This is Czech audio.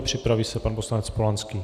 Připraví se pan poslanec Polanský.